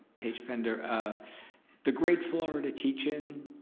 page bender, ah the great florida teach-in,